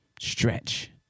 stretch